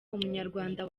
umunyarwanda